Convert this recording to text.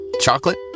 chocolate